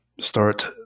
start